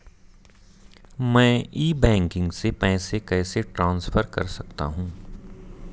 मैं e banking से पैसे कैसे ट्रांसफर कर सकता हूं?